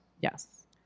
Yes